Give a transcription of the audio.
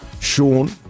Sean